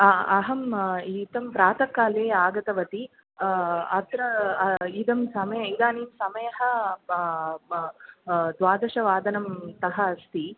हा अहम् एतं प्रातःकाले आगतवती अत्र इदं समे इदानीं समयः ब ब द्वादशवादनं तः अस्ति